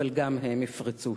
אבל גם הם יפרצו.